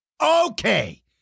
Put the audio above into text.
Okay